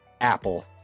apple